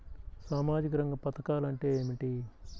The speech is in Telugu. సామాజిక రంగ పధకాలు అంటే ఏమిటీ?